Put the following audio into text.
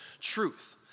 truth